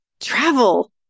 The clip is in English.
Travel